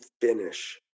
finish